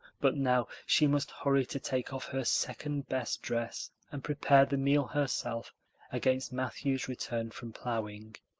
but now she must hurry to take off her second-best dress and prepare the meal herself against matthew's return from plowing.